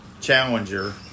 Challenger